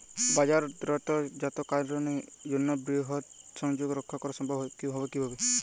বাজারজাতকরণের জন্য বৃহৎ সংযোগ রক্ষা করা সম্ভব হবে কিভাবে?